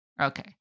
okay